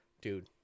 Dude